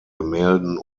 gemälden